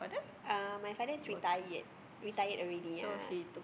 uh my father is retired retired already yeah